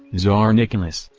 tsar nicholas,